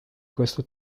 questo